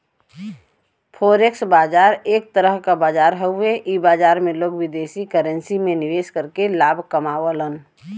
forex बाजार एक तरह क बाजार हउवे इ बाजार में लोग विदेशी करेंसी में निवेश करके लाभ कमावलन